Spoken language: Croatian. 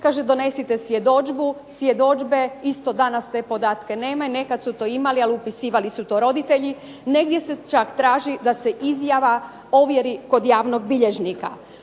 Kaže donesite svjedodžbu. Svjedodžbe isto danas te podatke nemaju, nekad su to imali ali upisivali su to roditelji. Negdje se čak traži da se izjava ovjeri kod javnog bilježnika.